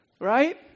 right